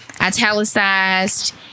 italicized